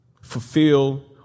Fulfill